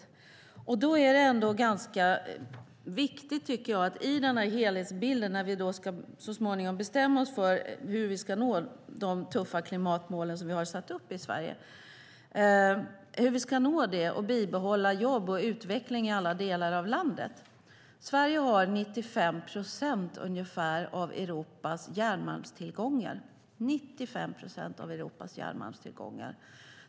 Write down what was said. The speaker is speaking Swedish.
Då tycker jag att det är ganska viktigt att i denna helhetsbild, när vi så småningom ska bestämma oss för hur vi ska nå de tuffa klimatmålen som vi har satt upp i Sverige, se hur vi ska nå det och samtidigt bibehålla jobb och utveckling i alla delar av landet. Sverige har ungefär 95 procent av Europas järnmalmstillgångar - 95 procent.